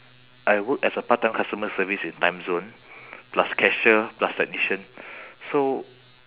I work as a part-time customer service in timezone plus cashier plus technician so